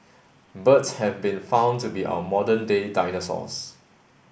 birds have been found to be our modern day dinosaurs